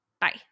Bye